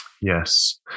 Yes